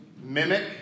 mimic